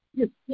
Yes